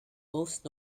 most